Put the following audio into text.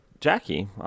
Jackie